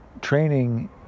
training